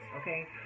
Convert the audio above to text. okay